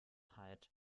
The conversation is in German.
halt